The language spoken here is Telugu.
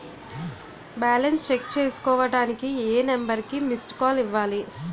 బాలన్స్ చెక్ చేసుకోవటానికి ఏ నంబర్ కి మిస్డ్ కాల్ ఇవ్వాలి?